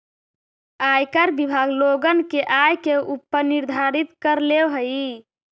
आयकर विभाग लोगन के आय के ऊपर निर्धारित कर लेवऽ हई